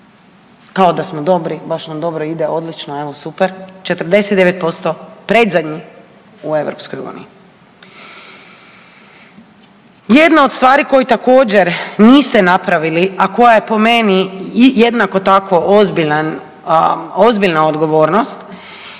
kao da smo dobri, baš nam dobro ide, odlično, evo super, 49% predzadnji u Europskoj uniji. Jedna od stvari koje također niste napravili a koja po meni jednako tako ozbiljna odgovornost